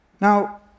Now